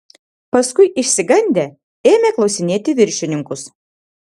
paskui išsigandę ėmė klausinėti viršininkus